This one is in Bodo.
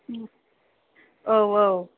औ औ